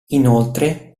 inoltre